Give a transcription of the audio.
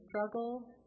struggle